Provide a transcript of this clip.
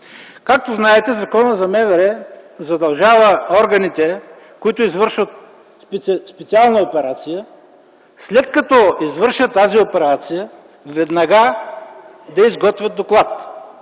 Както знаете, Законът за МВР задължава органите, които извършват специална операция, след като я извършат веднага да изготвят доклад.